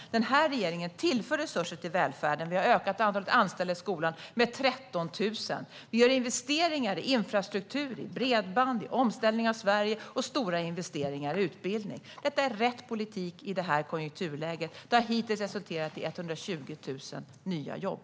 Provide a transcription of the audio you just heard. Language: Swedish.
Den här regeringen tillför resurser till välfärden. Vi har ökat antalet anställda i skolan med 13 000. Vi gör investeringar i infrastruktur, i bredband, i omställning av Sverige och stora investeringar i utbildning. Detta är rätt politik i detta konjunkturläge. Det har hittills resulterat i 120 000 nya jobb.